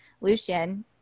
Lucian